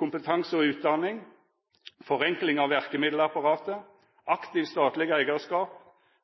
kompetanse og utdanning, forenkling av verkemiddelapparatet, aktivt statleg eigarskap,